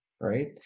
right